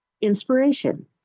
inspiration